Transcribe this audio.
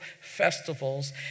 festivals